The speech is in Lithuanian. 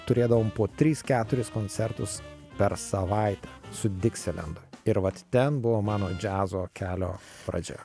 turėdavom po tris keturis koncertus per savaitę su diksilendu ir vat ten buvo mano džiazo kelio pradžia